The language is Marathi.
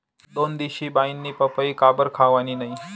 दोनदिशी बाईनी पपई काबरं खावानी नै